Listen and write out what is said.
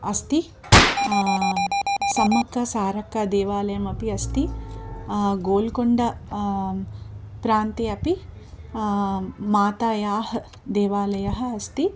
अस्ति सम्मक्कसारक्कदेवालयः अपि अस्ति गोल्कोण्डा प्रान्ते अपि मातायाः देवालयः अस्ति